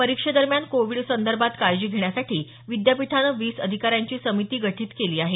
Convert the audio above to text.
परीक्षेदरम्यान COVID संदर्भात काळजी घेण्यासाठी विद्यापीठाने वीस अधिकाऱ्यांची समिती गठीत केली आहे